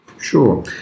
Sure